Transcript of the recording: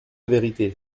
vérité